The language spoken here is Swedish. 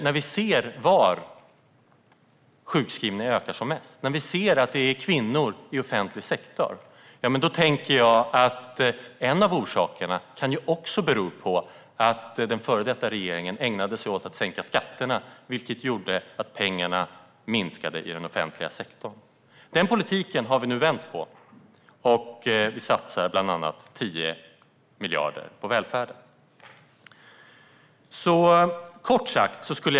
När vi ser var sjukskrivningarna ökar som mest, hos kvinnor i offentlig sektor, kan en av orsakerna vara att den före detta regeringen ägnade sig åt att sänka skatterna, vilket gjorde att pengarna minskade i den offentliga sektorn. Den politiken har vi vänt på, och vi satsar bland annat 10 miljarder på välfärden.